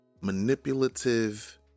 manipulative